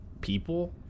people